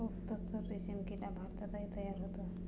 okay तस्सर रेशीम किडा भारतातही तयार होतो